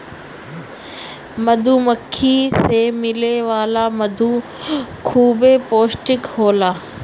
मधुमक्खी से मिले वाला मधु खूबे पौष्टिक होला